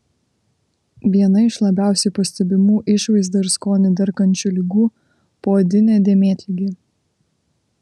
viena iš labiausiai pastebimų išvaizdą ir skonį darkančių ligų poodinė dėmėtligė